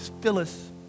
Phyllis